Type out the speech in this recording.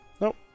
Nope